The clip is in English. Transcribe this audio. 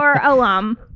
alum